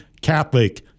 Catholic